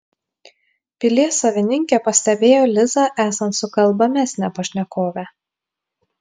pilies savininkė pastebėjo lizą esant sukalbamesnę pašnekovę